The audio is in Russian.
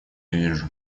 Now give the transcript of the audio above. вижу